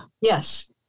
Yes